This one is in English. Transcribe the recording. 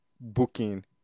booking